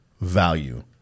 value